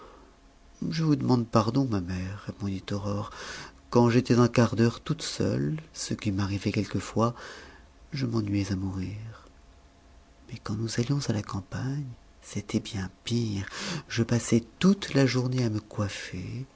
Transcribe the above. je vous demande pardon ma mère répondit aurore quand j'étais un quart d'heure toute seule ce qui m'arrivait quelquefois je m'ennuyais à mourir mais quand nous allions à la campagne c'était bien pire je passais toute la journée à me coiffer